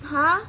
!huh!